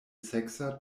seksa